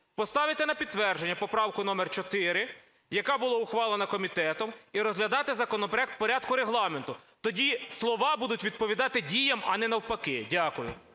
поставити на підтвердження поправку номер 4, яка була ухвалена комітетом і розглядати законопроект в порядку Регламенту. Тоді слова будуть відповідати діям, а не навпаки. Дякую.